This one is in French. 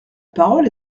parole